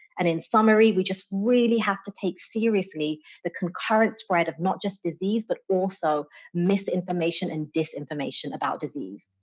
and in summary, we just really have to take seriously the concurrent spread of not just disease, but also misinformation and disinformation about disease.